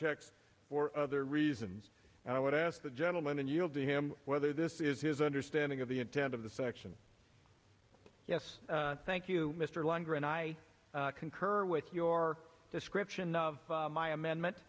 checks for other reasons and i would ask the gentleman yield to him whether this is his understanding of the intent of the section yes thank you mr longer and i concur with your description of my amendment